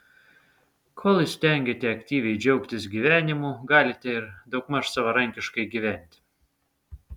kol įstengiate aktyviai džiaugtis gyvenimu galite ir daugmaž savarankiškai gyventi